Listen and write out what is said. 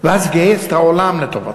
ואז תגייס את העולם לטובתך.